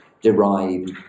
derived